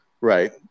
Right